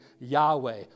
Yahweh